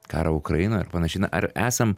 karą ukrainoj ir panašiai na ar esam